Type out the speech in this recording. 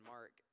Mark